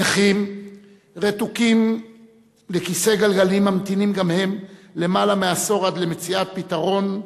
נכים רתוקים לכיסא גלגלים ממתינים גם הם למעלה מעשור עד למציאת פתרון,